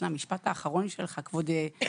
למשפט האחרון שלך, כבוד יושב-הראש.